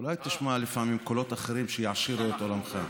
אולי תשמע לפעמים קולות אחרים, שיעשירו את עולמך?